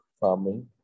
farming